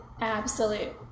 absolute